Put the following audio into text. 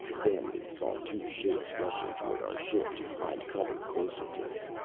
then we saw two shapes rushing toward our ship to find cover closer to it.